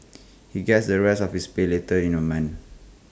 he gets the rest of his pay later in A month